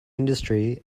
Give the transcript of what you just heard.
industry